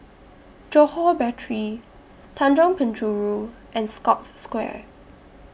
Johore Battery Tanjong Penjuru and Scotts Square